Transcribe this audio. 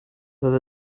with